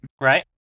Right